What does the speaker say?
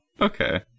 okay